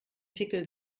pickel